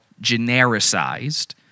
genericized